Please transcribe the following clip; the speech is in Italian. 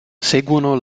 seguono